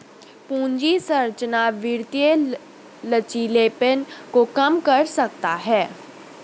पूंजी संरचना वित्तीय लचीलेपन को कम कर सकता है